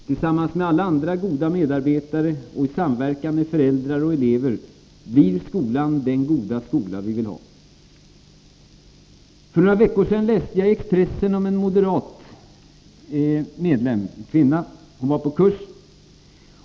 Tillsammans med alla andra goda medarbetare och i samverkan med föräldrar och elever blir skolan den goda skola vi vill ha. Jag läste för en tid sedan i Expressen om en moderatkvinna på kurs.